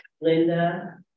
Linda